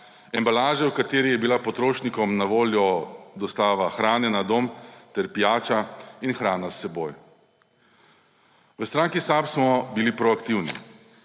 embalaže, v kateri je bila potrošnikom na voljo dostava hrane na dom ter pijača in hrana s seboj. V stranki SAB smo bili proaktivni.